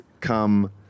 come